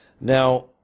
Now